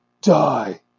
die